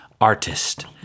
artist